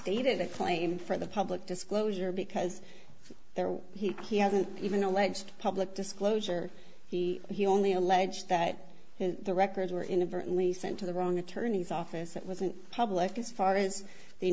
stated it plain for the public disclosure because there he he hasn't even alleged public disclosure he only alleged that the records were inadvertently sent to the wrong attorney's office it wasn't public as far as the